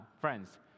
friends